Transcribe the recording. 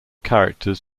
characters